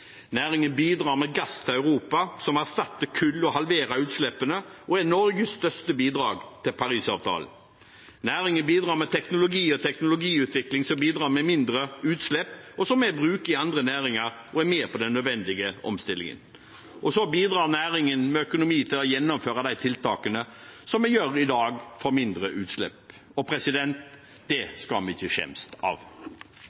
bidrar med gass til Europa, som erstatter kull og halverer utslippene og er Norges største bidrag til Parisavtalen. Næringen bidrar også med teknologi og teknologiutvikling, som gir mindre utslipp, som vi bruker i andre næringer, og som er med på den nødvendige omstillingen. Næringen bidrar med økonomi til å gjennomføre de tiltakene vi i dag gjør for mindre utslipp. Det skal vi ikke skjemmes av. Det